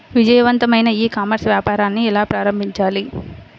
విజయవంతమైన e commerce వ్యాపారాన్ని ఎలా ప్రారంభించాలి?